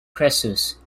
crassus